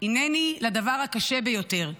הינני לדבר הקשה ביותר,